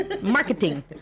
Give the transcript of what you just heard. Marketing